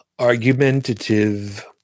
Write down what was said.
argumentative